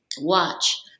Watch